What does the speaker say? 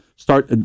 start